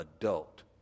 adult